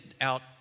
out